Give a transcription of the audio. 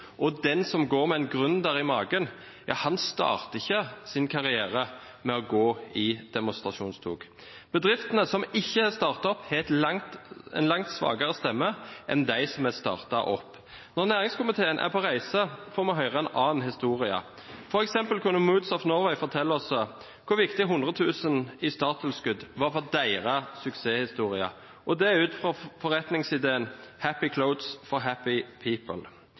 Den som går med en gründer i magen, starter ikke sin karriere med å gå i demonstrasjonstog. Bedriftene som ikke er startet opp, har en langt svakere stemme enn de som er startet opp. Når næringskomiteen er på reise, får vi høre en annen historie. For eksempel kunne Moods of Norway fortelle oss hvor viktig 100 000 kr i starttilskudd var for deres suksesshistorie. Det er ut fra forretningsideen «happy clothes for happy